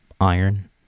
iron